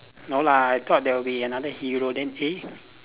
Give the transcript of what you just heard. no lah I thought there would be another hero then eh